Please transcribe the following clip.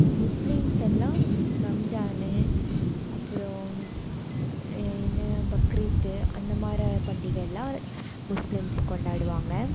இப்போ முஸ்லீம்ஸ் எல்லாம் ரம்ஸான் அப்புறம் என்ன பக்ரீத் அந்த மாதிரி பண்டிகை எல்லாம் முஸ்லீம்ஸ் கொண்டாடுவாங்க